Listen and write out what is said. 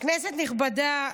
כנסת נכבדה,